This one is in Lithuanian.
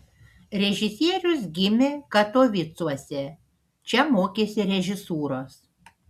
režisierius gimė katovicuose čia mokėsi režisūros